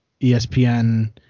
ESPN